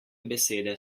besede